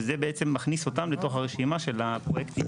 וזה בעצם מכניס אותם לתוך הרשימה של הפרויקטים.